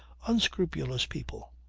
unscrupulous people.